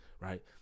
right